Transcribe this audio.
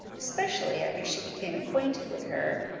especially after she became acquainted with her,